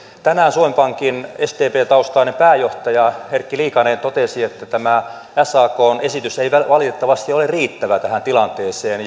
tänään suomen pankin sdp taustainen pääjohtaja erkki liikanen totesi että tämä sakn esitys ei valitettavasti ole riittävä tähän tilanteeseen